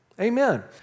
Amen